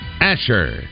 Asher